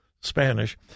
Spanish